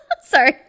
sorry